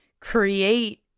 create